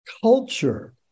culture